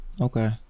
okay